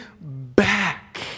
back